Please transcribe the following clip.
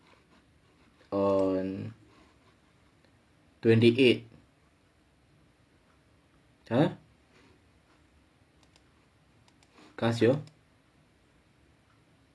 on twenty eight !huh! Casio